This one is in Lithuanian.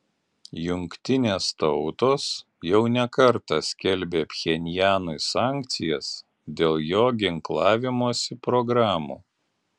jungtinės tautos jau ne kartą skelbė pchenjanui sankcijas dėl jo ginklavimosi programų